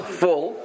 full